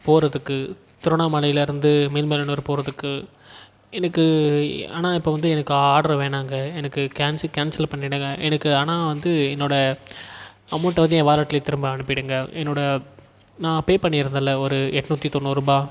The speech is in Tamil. போகிறதுக்கு திருவண்ணாமலைல இருந்து மேல்மலையனூர் போகிறதுக்கு எனக்கு ஆனால் இப்போ வந்து எனக்கு ஆட்ரு வேணாங்க எனக்கு கேன்சி கேன்சல் பண்ணிடுங்க எனக்கு ஆனால் வந்து என்னோட அமௌண்ட் வந்து என் வாலட்ல திரும்ப அனுப்பிடுங்க என்னோட நான் ஃபே பண்ணி இருந்தேன்ல ஒரு எண்ணூத்தி தொண்ணூரூபாய்